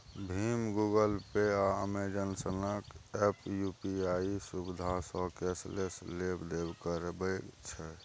भीम, Google Pay, आ Amazon सनक app UPI सुविधासँ कैशलेस लेब देब करबै छै